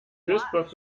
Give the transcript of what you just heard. duisburg